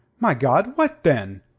my god, what, then?